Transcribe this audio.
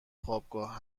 خوابگاه